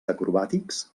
acrobàtics